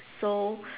so